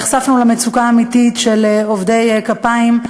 נחשפנו למצוקה האמיתית של עובדי כפיים,